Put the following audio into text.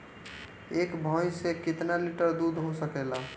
एक भइस से कितना लिटर दूध हो सकेला?